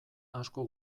asko